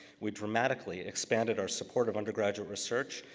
we dramatically expanded our support of undergraduate research,